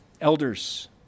Elders